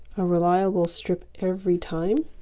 a reliable strip every time